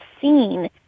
seen